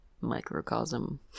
microcosm